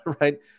right